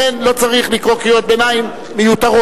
לכן לא צריך לקרוא קריאות ביניים מיותרות.